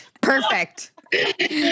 Perfect